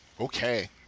Okay